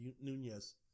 Nunez